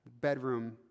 bedroom